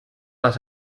las